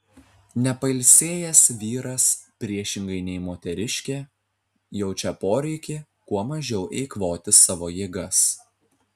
nepailsėjęs vyras priešingai nei moteriškė jaučia poreikį kuo mažiau eikvoti savo jėgas